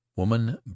Woman